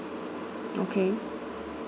okay